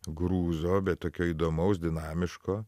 grūzo bet tokio įdomaus dinamiško